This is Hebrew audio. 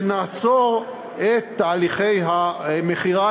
ונעצור את תהליכי המכירה,